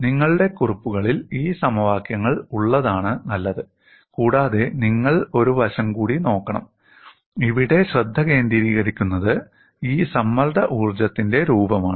നിങ്ങളുടെ കുറിപ്പുകളിൽ ഈ സമവാക്യങ്ങൾ ഉള്ളതാണ് നല്ലത് കൂടാതെ നിങ്ങൾ ഒരു വശം കൂടി നോക്കണം ഇവിടെ ശ്രദ്ധ കേന്ദ്രീകരിച്ചിരിക്കുന്നത് ഈ സമ്മർദ്ദ ഊർജ്ജത്തിന്റെ രൂപമാണ്